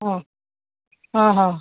ಹಾಂ ಹಾಂ ಹಾಂ